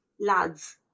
lads